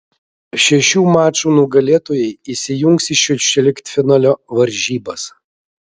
šešių mačų nugalėtojai įsijungs į šešioliktfinalio varžybas